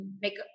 make